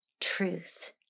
truth